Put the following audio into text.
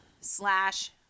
slash